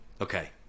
Okay